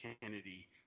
Kennedy